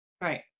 right